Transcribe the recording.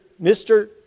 Mr